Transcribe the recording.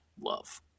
love